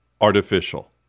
artificial